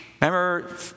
Remember